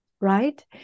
right